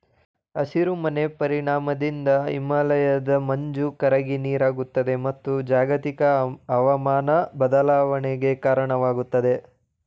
ಹಸಿರು ಮನೆ ಪರಿಣಾಮದಿಂದ ಹಿಮಾಲಯದ ಮಂಜು ಕರಗಿ ನೀರಾಗುತ್ತದೆ, ಮತ್ತು ಜಾಗತಿಕ ಅವಮಾನ ಬದಲಾವಣೆಗೆ ಕಾರಣವಾಗುತ್ತದೆ